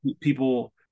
people